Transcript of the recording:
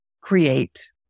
create